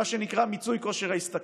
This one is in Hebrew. מה שנקרא מיצוי כושר ההשתכרות.